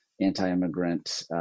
anti-immigrant